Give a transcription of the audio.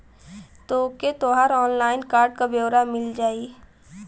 तोके तोहर online card क ब्योरा मिल जाई